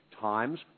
times